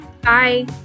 Bye